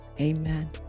amen